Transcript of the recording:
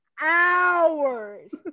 hours